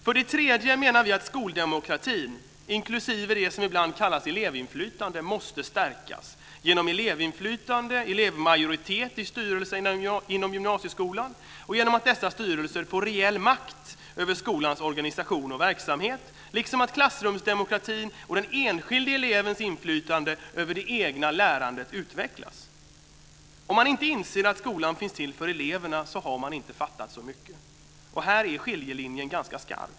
För det tredje menar vi att skoldemokratin, inklusive det som ibland kallas elevinflytande, måste stärkas genom elevmajoritet i styrelserna inom gymnasieskolan och genom att dessa styrelser får reell makt över skolans organisation och verksamhet, liksom att klassrumsdemokratin och den enskilde elevens inflytande över det egna lärandet utvecklas. Om man inte inser att skolan finns till för eleverna, har man inte fattat så mycket. Här är skiljelinjen ganska skarp.